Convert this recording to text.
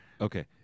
Okay